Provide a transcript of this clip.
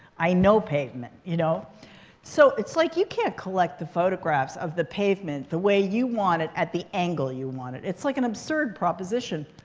i know pavement. you know so it's like, you can't collect the photographs of the pavement the way you want it at the angle you want it. it's like an absurd proposition.